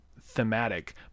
thematic